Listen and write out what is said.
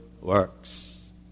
works